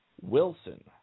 Wilson